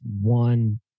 one